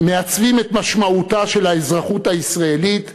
מעצבים את משמעותה של האזרחות הישראלית,